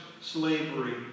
slavery